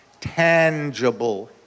tangible